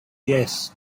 yes